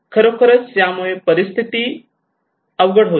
खरोखर यामुळे परिस्थिती अवघड होते